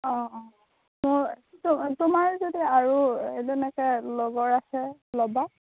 অ' অ' মোৰ তো তোমাৰ যদি আৰু তেনকৈ লগৰ আছে ল'বা